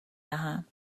دهم